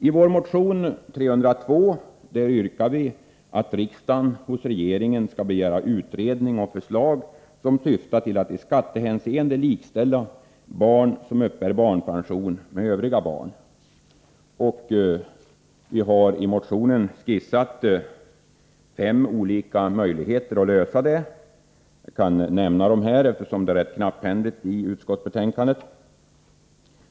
I vår motion nr 302 yrkar vi att riksdagen hos regeringen skall begära utredning och förslag som syftar till att i skattehänseende likställa barn som uppbär barnpension med övriga barn. Vi har i motionen skisserat fem olika möjligheter att lösa problemet. Jag kan nämna dem här, eftersom motionen är rätt knapphändigt återgiven i utskottsbetänkandet.